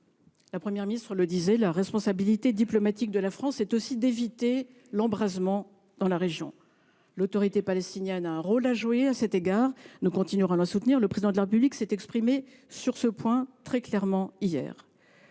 la Première ministre le soulignait à l’instant –, la responsabilité diplomatique de la France est aussi d’éviter un embrasement régional. L’Autorité palestinienne a un rôle à jouer à cet égard ; nous continuerons de la soutenir. Le Président de la République s’est exprimé sur ce point, très clairement, hier.